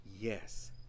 yes